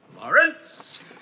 Lawrence